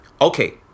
Okay